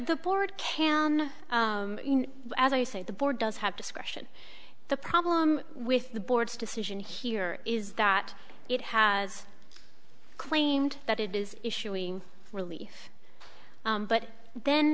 the board can you say the board does have discretion the problem with the board's decision here is that it has claimed that it is issuing relief but then